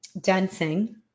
dancing